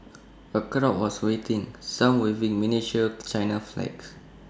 A crowd was waiting some waving miniature China flags